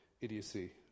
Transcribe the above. idiocy